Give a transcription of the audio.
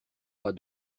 pas